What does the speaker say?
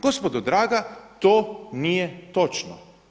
Gospodo draga to nije točno.